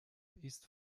ist